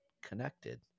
connected